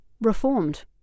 reformed